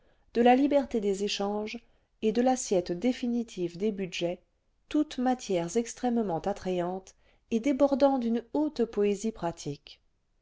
de la liberté des échanges et de l'assiette définitive des budgets toutes matières extrêmement attrayantes et débordant d'une haute'poésie pratique